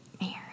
Mary